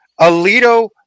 Alito